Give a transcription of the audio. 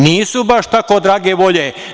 Nisu baš tako drage volje.